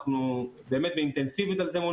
אנחנו עובדים על זה באינטנסיביות מול